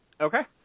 Okay